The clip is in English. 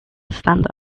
stand